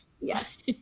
Yes